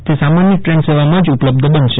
તે સામાન્ય દ્રેનસેવામાં જ ઉપલબ્ધ બનશે